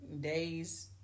days